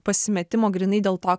pasimetimo grynai dėl to